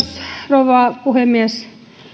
rouva puhemies